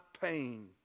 pain